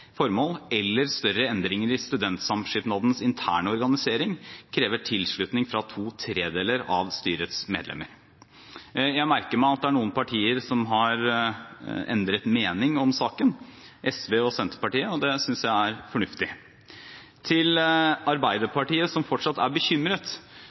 formål, eller større endringer i studentsamskipnadens interne organisering, krever tilslutning fra to tredeler av styrets medlemmer. Jeg merker meg at det er noen partier som har endret mening om saken – SV og Senterpartiet – og det synes jeg er fornuftig. Til Arbeiderpartiet, som fortsatt er bekymret: